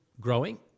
growing